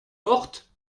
porte